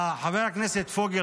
חבר הכנסת פוגל,